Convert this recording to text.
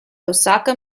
osaka